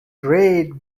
great